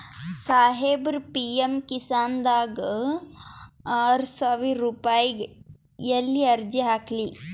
ಸಾಹೇಬರ, ಪಿ.ಎಮ್ ಕಿಸಾನ್ ದಾಗ ಆರಸಾವಿರ ರುಪಾಯಿಗ ಎಲ್ಲಿ ಅರ್ಜಿ ಹಾಕ್ಲಿ?